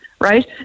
right